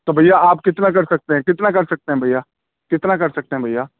تو بھیا آپ کتنا کر سکتے ہیں کتنا کر سکتے ہیں بھیا کتنا کر سکتے ہیں بھیا